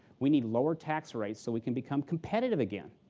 we need lower tax rates so we can become competitive again.